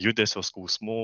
judesio skausmų